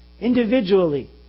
Individually